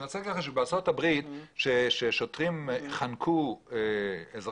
אני רוצה לומר לך שבארצות הברית כאשר שוטרים חנקו אזרח,